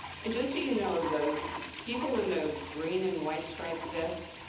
and just so you know, the people in the green and white striped vests,